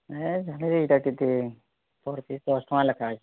ନାଇଁ ଝାଲେରି ଏଇଟା କେତେ ପର୍ ପିସ୍ ଦଶ ଟଙ୍କା ଲେଖା ଅଛେ